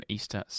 Easter